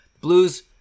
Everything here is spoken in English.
Blues